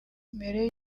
mbere